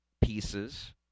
pieces